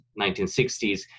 1960s